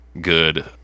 good